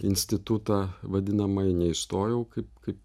institutą vadinamąjį neįstojau kaip kaip